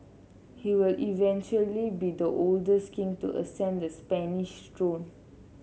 he will eventually be the oldest king to ascend the Spanish throne